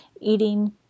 eating